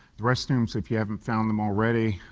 restrooms, if you haven't found them already,